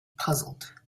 puzzled